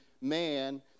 man